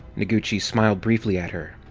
noguchi smiled briefly at her,